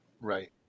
right